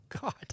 God